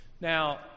Now